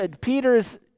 Peter's